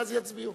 ואז יצביעו.